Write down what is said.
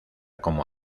como